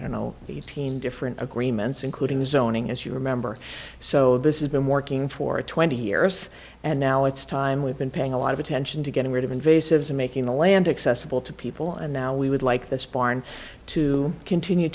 don't know the eighteen different agreements including the zoning as you remember so this is been working for twenty years and now it's time we've been paying a lot of attention to getting rid of invasive and making the land accessible to people and now we would like this barn to continue